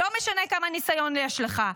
לא משנה כמה ניסיון יש לך,